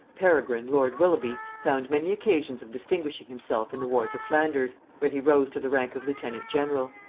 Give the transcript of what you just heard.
peregrine lord willoughby found many occasions of distinguishing himself in the wars of flanders, where he rose to the rank of lieutenant-general.